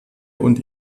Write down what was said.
und